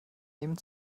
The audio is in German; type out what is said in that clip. nehmen